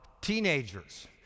teenagers